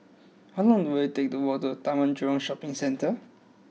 how long will it take to walk to Taman Jurong Shopping Centre